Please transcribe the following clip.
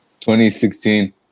2016